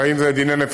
הרי אם זה דיני נפשות,